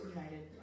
United